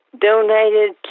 donated